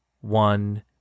one